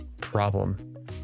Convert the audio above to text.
problem